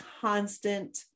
constant